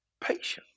patience